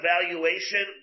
evaluation